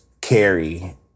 carry